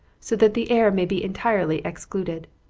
so that the air may be entirely excluded.